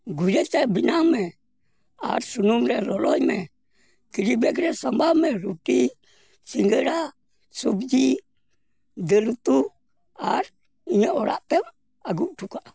ᱜᱷᱩᱨᱮᱛᱮ ᱵᱮᱱᱟᱣᱢᱮ ᱟᱨ ᱥᱩᱱᱩᱢ ᱨᱮ ᱞᱚᱞᱚᱭᱢᱮ ᱠᱮᱨᱤᱵᱮᱜᱽ ᱨᱮ ᱥᱟᱢᱵᱟᱣ ᱢᱮ ᱨᱩᱴᱤ ᱥᱤᱸᱜᱟᱹᱲᱟ ᱥᱚᱵᱡᱤ ᱫᱟᱹᱞ ᱩᱛᱩ ᱟᱨ ᱤᱧᱟᱹᱜ ᱚᱲᱟᱜ ᱛᱮᱢ ᱟᱹᱜᱩᱜ ᱴᱚᱠᱟᱜᱼᱟ